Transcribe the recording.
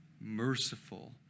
merciful